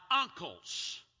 uncles